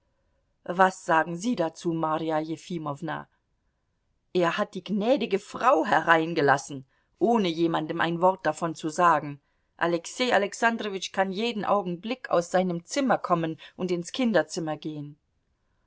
was sagen sie dazu marja jefimowna er hat die gnädige frau hereingelassen ohne jemandem ein wort davon zu sagen alexei alexandrowitsch kann jeden augenblick aus seinem zimmer kommen und ins kinderzimmer gehen